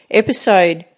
episode